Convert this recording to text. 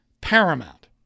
paramount